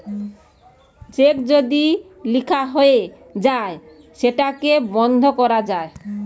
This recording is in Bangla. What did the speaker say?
চেক যদি লিখা হয়ে যায় সেটাকে বন্ধ করা যায়